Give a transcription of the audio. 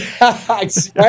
Right